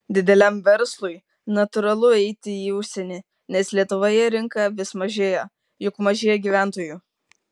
dideliam verslui natūralu eiti į užsienį nes lietuvoje rinka vis mažėja juk mažėja gyventojų